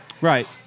Right